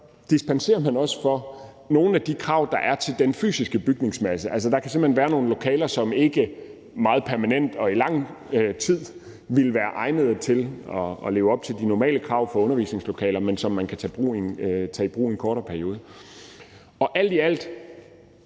dispenserer man også fra nogle af de krav, der er til den fysiske bygningsmasse. Der kan simpelt hen være nogle lokaler, som ikke permanent vil være egnede til det, fordi de ikke lever op til de normale krav til undervisningslokaler, men som man kan tage i brug i en kortere periode. Alt i alt